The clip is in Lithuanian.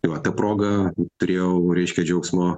tai vat ta proga turėjau reiškia džiaugsmo